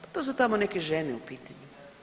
Pa to su tamo neke žene u pitanju.